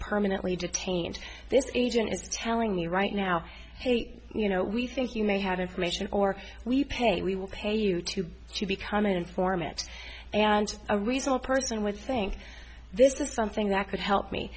permanently detained this agent is telling me right now hey you know we think you may have information or we pay we will pay you two to become an informant and a reasonable person was saying this is something that could help me